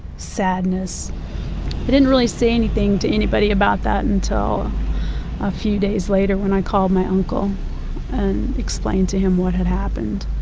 sadness. i didn't really say anything to anybody about that until a few days later when i called my uncle explained to him what had happened.